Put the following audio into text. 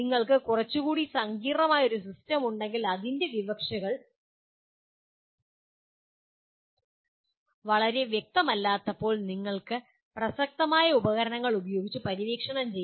നിങ്ങൾക്ക് കുറച്ചുകൂടി സങ്കീർണ്ണമായ ഒരു സിസ്റ്റം ഉണ്ടെങ്കിൽ അതിൻ്റെ വിവക്ഷകൾ വളരെ വ്യക്തമല്ലാത്തപ്പോൾ നിങ്ങൾ പ്രസക്തമായ ഉപകരണങ്ങൾ ഉപയോഗിച്ച് പര്യവേക്ഷണം ചെയ്യണം